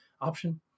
option